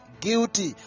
guilty